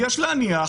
יש להניח,